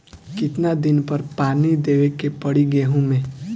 कितना दिन पर पानी देवे के पड़ी गहु में?